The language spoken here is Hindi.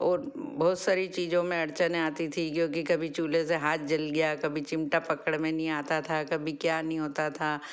और बहुत सारी चीजों में अड़चने आती थी जो कि कभी चूल्हे से हाथ जल गया कभी चिमटा पकड़ में नहीं आता था कभी क्या नहीं होता था